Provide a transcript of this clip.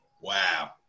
Wow